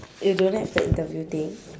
you don't have the interview thing